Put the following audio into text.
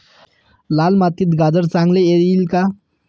लाल मातीत गाजर चांगले येईल का?